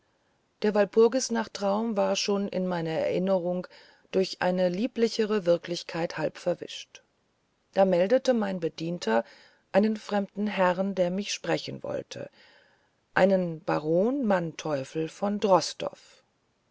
der walpurgistraum war schon in meiner erinnerung durch eine lieblichere wirklichkeit halb verwischt da meldete mein bedienter einen fremden herrn der mich sprechen wollte einen baron mannteuffel von